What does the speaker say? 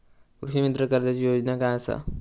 कृषीमित्र कर्जाची योजना काय असा?